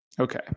Okay